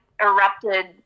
erupted